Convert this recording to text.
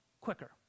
quicker